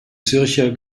zürcher